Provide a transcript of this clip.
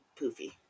poofy